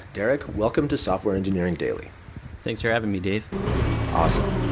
derrick, welcome to software engineering daily thanks for having me dave awesome.